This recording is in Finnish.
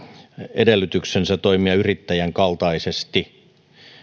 edellytyksensä toimia yrittäjän kaltaisesti